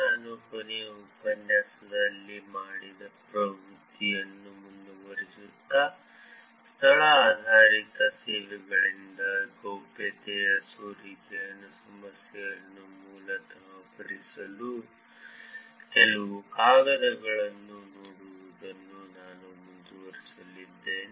ನಾನು ಕೊನೆಯ ಉಪನ್ಯಾಸ ಮಾಡಿದ ಪ್ರವೃತ್ತಿಯನ್ನು ಮುಂದುವರಿಸುತ್ತಾ ಸ್ಥಳ ಆಧಾರಿತ ಸೇವೆಗಳಿಂದ ಗೌಪ್ಯತೆಯ ಸೋರಿಕೆಯ ಸಮಸ್ಯೆಯನ್ನು ಮೂಲತಃ ಪರಿಹರಿಸುವ ಕೆಲವು ಕಾಗದಗಳನ್ನು ನೋಡುವುದನ್ನು ನಾನು ಮುಂದುವರಿಸಲಿದ್ದೇನೆ